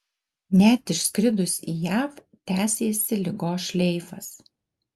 net išskridus į jav tęsėsi ligos šleifas